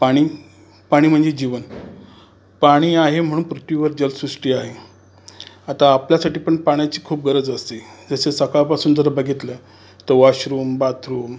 पाणी पाणी म्हणजेच जीवन पाणी आहे म्हणून पृथ्वीवर जलसृष्टी आहे आता आपल्यासाठी पण पाण्याची खूप गरज असते जसं सकाळपासून जर बघितलं तर वॉशरूम बाथरूम